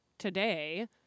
today